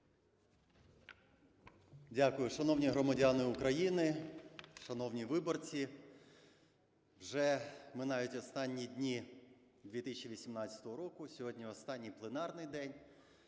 Дякую. Шановні громадяни України, шановні виборці! Вже минають останні дні 2018 року, сьогодні останній пленарний день.